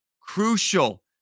crucial